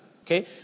Okay